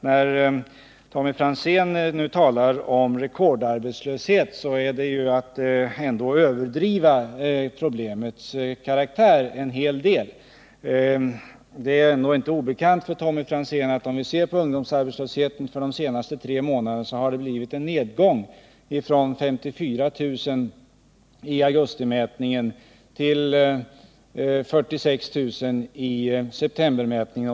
När Tommy Franzén talade om rekordarbetslöshet är det ändå att en hel del överdriva problemets karaktär. Det torde inte vara obekant för Tommy Franzén att ungdomsarbetslösheten under de tre senaste månaderna har gått ned från 54 000 vid augustimätningen till 46 000 vid septembermätningen.